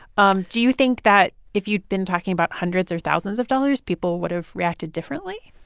um do you think that if you'd been talking about hundreds or thousands of dollars, people would've reacted differently?